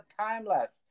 Timeless